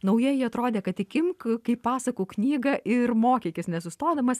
naujieji atrodė kad tik imk kaip pasakų knygą ir mokykis nesustodamas